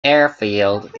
airfield